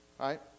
right